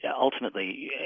ultimately